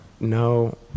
No